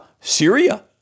Syria